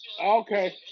Okay